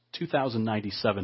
2097